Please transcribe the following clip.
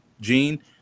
Gene